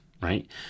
Right